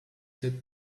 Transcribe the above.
cette